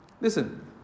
Listen